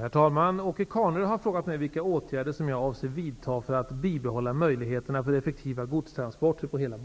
Herr talman! Åke Carnerö har frågat mig vilka åtgärder som jag avser vidta för att bibehålla möjligheten för effektiva godstransporter på hela